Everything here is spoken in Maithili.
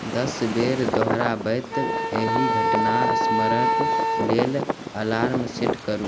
दश बेर दोहराबैत एहि घटना स्मरणक लेल अलार्म सेट करू